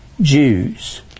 Jews